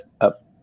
up